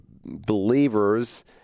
believers